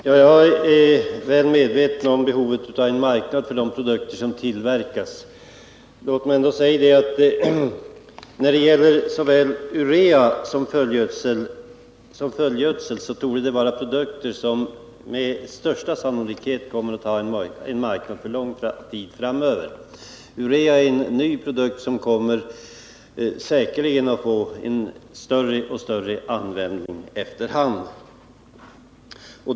Herr talman! Jag är väl medveten om behovet av en marknad för de produkter som tillverkas. Låt mig ändå säga att såväl urea som fullgödsel är produkter, som med största sannolikhet kommer att ha en marknad lång tid framöver. Urea är en ny produkt som säkerligen kommer att få större och större användning efter hand.